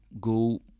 go